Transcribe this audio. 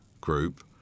group